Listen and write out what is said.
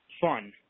fun